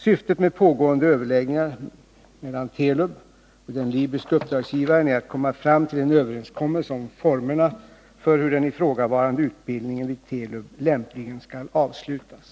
Syftet med pågående överläggningar mellan Telub och den libyske uppdragsgivaren är att komma fram till en överenskommelse om formerna för hur den ifrågavarande utbildningen vid Telub lämpligen skall avslutas.